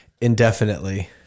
indefinitely